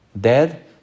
dead